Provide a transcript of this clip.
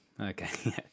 Okay